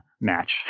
match